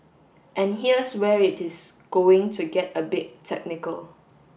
and here's where it is going to get a bit technical